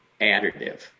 additive